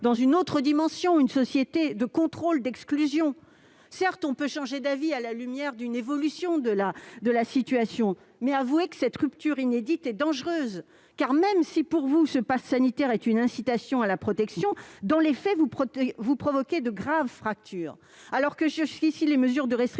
dans une autre dimension, celle d'une société de contrôle et d'exclusion. Certes, on peut changer d'avis à la lumière de l'évolution d'une situation, mais avouez que cette rupture inédite est dangereuse. En effet, même si ce passe sanitaire est, pour vous, une incitation à la protection, dans les faits, vous provoquez de graves fractures. Alors que les mesures de restriction